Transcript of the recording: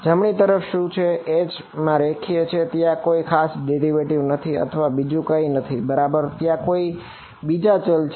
∇×H તેમાં ડેરિવેટિવ નથી અથવા બીજું કઈ નથી બરાબર ત્યાં કોઈ બીજા ચલ છે